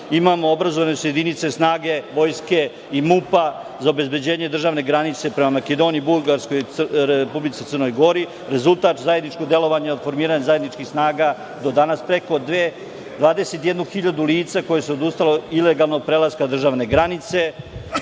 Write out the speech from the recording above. kilometara. Obrazovane su jedinice snage Vojske i MUP-a za obezbeđenje državne granice prema Makedoniji, Bugarskoj i Republici Crnoj Gori, rezultat zajedničkog delovanja i formiranja zajedničkih snaga do danas; preko 21 hiljadu lica koja su odustala od ilegalnog prelaska državne granice;